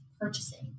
purchasing